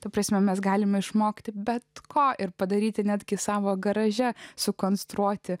ta prasme mes galime išmokti bet ko ir padaryti netgi savo garaže sukonstruoti